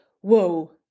whoa